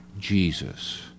Jesus